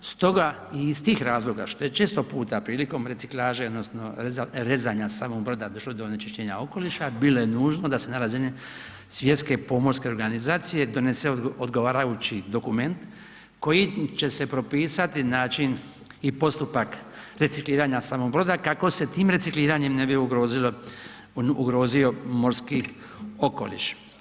Stoga i iz tih razloga što je često puta prilikom reciklaže i odnosno rezanja samog broda došlo do onečišćenja okoliša, bilo je nužno da se na razini svjetske pomorske organizacije donese odgovarajući dokument kojim će se propisati način i postupak recikliranja samog broda kako se tim recikliranjem ne bi ugrozio morski okoliš.